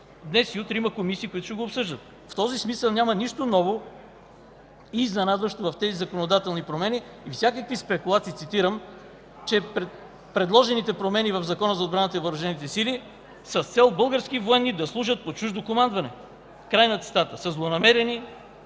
Днес и утре има комисии, които ще го обсъждат. В този смисъл няма нищо ново и изненадващо в тези законодателни промени и всякакви спекулации, цитирам, че „предложените промени в Закона за отбраната и въоръжените сили са с цел български военни да служат под чуждо командване”, са злонамерени